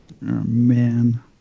man